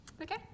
Okay